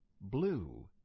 Blue